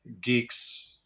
geeks